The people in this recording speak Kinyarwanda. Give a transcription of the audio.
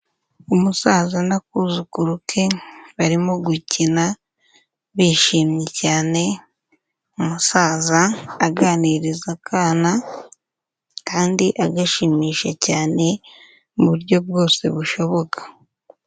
Umusaza n'akuzukuru ke, barimo gukina, bishimye cyane, umusaza aganiriza akana kandi agashimisha cyane mu buryo bwose bushoboka.